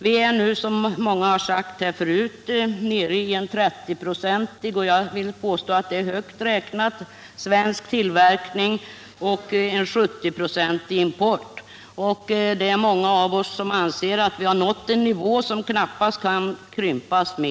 Vi är nu, som många har sagt här, nere i en högt räknad 30 procentig svensk tillverkning och en 70-procentig import. Många anser att vi har nått en nivå som knappast kan krympas mer.